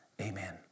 Amen